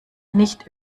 nicht